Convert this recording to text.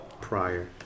prior